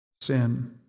sin